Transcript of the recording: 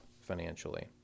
financially